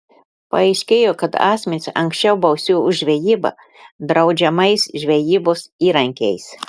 paaiškėjo kad asmenys anksčiau bausti už žvejybą draudžiamais žvejybos įrankiais